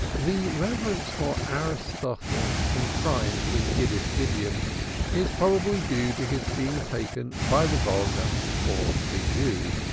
the reverence for aristotle enshrined in yiddish idiom is probably due to his being taken by the vulgar for a jew.